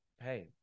hey